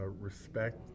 respect